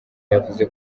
yavuze